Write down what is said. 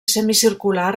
semicircular